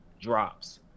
drops